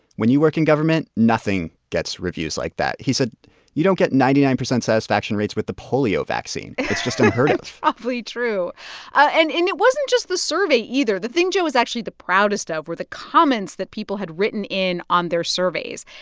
when you work in government, nothing gets reviews like that. he said you don't get ninety nine percent satisfaction rates with the polio vaccine. it's just unheard of ah probably true and and it wasn't just the survey either. the thing that joe was actually the proudest of were the comments that people had written in on their surveys.